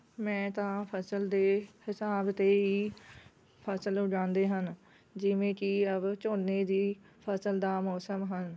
ਮੈਂ ਤਾਂ ਫਸਲ ਦੇ ਹਿਸਾਬ 'ਤੇ ਹੀ ਫਸਲ ਉਗਾਉਂਦੇ ਹਨ ਜਿਵੇਂ ਕਿ ਅਬ ਝੋਨੇ ਦੀ ਫਸਲ ਦਾ ਮੌਸਮ ਹਨ